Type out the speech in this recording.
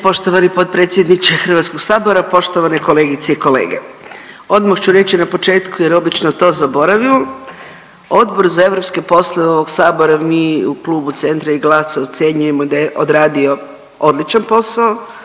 poštovani potpredsjedniče HS, poštovane kolegice i kolege. Odmah ću reći na početku jer obično to zaboravim, Odbor za europske poslove ovog sabora mi u Klubu Centra i GLAS-a ocjenjujemo da je odradio odličan posao